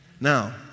Now